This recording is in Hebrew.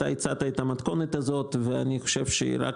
אתה הצעת את המתכונת הזאת שאני חושב שהיא רק